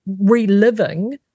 reliving